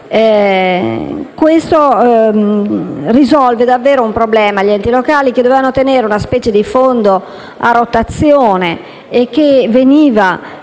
E ciò risolve davvero il problema degli enti locali, che dovevano tenere una specie di fondo a rotazione che veniva